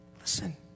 Listen